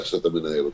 איך שאתה מנהל אותה.